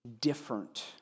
different